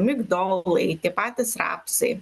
migdolų eiti patys rapsai